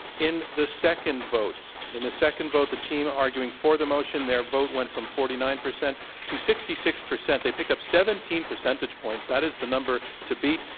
in the second vote in the second vote, the team arguing for the motion, their vote went from forty nine percent to sixty six percent. they picked up seventeen percentage points. that is the number to beat.